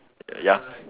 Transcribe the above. ya